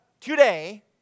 Today